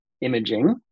imaging